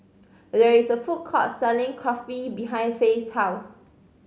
there is a food court selling Kulfi behind Fae's house